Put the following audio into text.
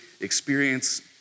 experience